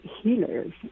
healers